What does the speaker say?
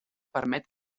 permet